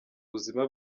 ubuzima